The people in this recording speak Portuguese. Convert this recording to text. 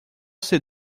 ser